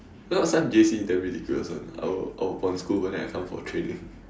last time J_C damn ridiculous [one] I will I will pon school but then I come for training